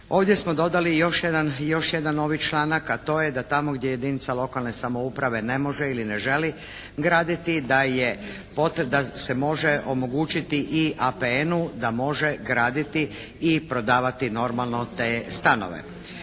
Ovdje smo dodali još jedan novi članak a to je da tamo gdje jedinica lokalne samouprave ne može ili ne želi graditi, da se može omogućiti i APN-u da može graditi i prodavati normalno te stanove.